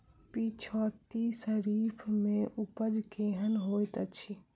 पिछैती खरीफ मे उपज केहन होइत अछि?